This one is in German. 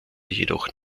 jedoch